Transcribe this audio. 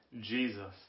Jesus